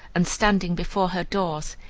and, standing before her doors,